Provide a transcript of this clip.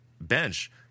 bench